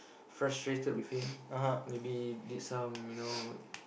frustrated with him maybe did some you know